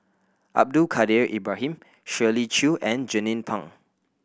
Abdul Kadir Ibrahim Shirley Chew and Jernnine Pang